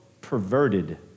perverted